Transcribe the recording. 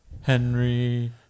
Henry